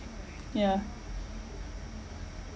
yeah